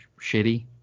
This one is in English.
shitty